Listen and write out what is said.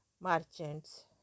merchants